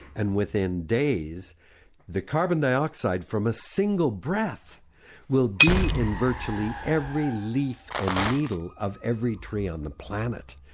and within days the carbon dioxide from a single breath will be in virtually every leaf and needle of every tree on the planet.